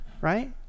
right